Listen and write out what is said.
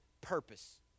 purpose